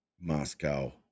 Moscow